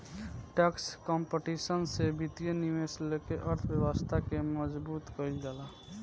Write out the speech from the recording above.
tax competition से वित्तीय निवेश लेके अर्थव्यवस्था के मजबूत कईल जाला